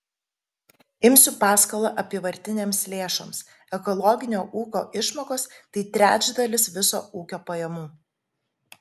imsiu paskolą apyvartinėms lėšoms ekologinio ūkio išmokos tai trečdalis viso ūkio pajamų